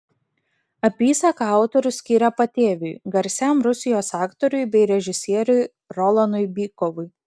apysaką autorius skyrė patėviui garsiam rusijos aktoriui bei režisieriui rolanui bykovui